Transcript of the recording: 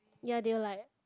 ya they were like